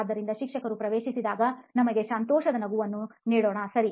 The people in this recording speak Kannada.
ಆದ್ದರಿಂದ ಶಿಕ್ಷಕರು ಪ್ರವೇಶಿಸಿದಾಗ ನಮಗೆ ಸಂತೋಷದ ನಗುವನ್ನು ನೀಡೋಣ ಸರಿ